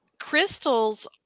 Crystals